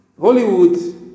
Hollywood